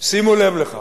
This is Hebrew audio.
שימו לב לכך.